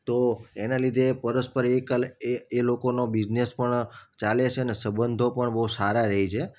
તો એના લીધે પરસ્પરી કલ એ એ લોકોનો બિઝનેસ પણ ચાલે છે ને સબંધો પણ બહુ સારા રહે છે